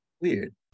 Weird